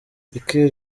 iker